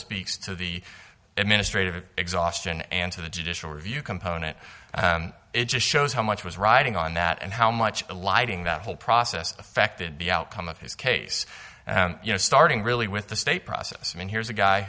speaks to the administrative exhaustion and to the judicial review component it just shows how much was riding on that and how much lighting that whole process affected the outcome of his case and you know starting really with the state process i mean here's a guy